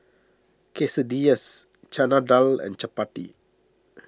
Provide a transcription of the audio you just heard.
Quesadillas Chana Dal and Chapati